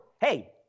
Hey